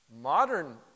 modern